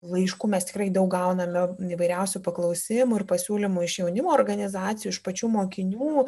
laiškų mes tikrai daug gauname įvairiausių paklausimų ir pasiūlymų iš jaunimo organizacijų iš pačių mokinių